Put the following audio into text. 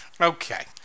Okay